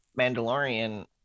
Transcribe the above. Mandalorian